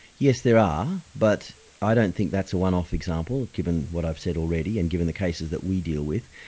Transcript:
yes there are but i don't think that's a one off example given what i've said already and given the cases that we deal with.